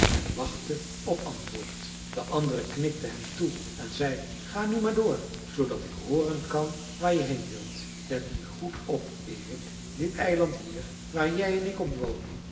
en wachtte op antwoord de andere knikte hem toe en zei ga nu maar door zoodat ik hooren kan waar je heen wilt let nu goed op erik dit eiland hier waar jij en ik op wonen